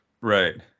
right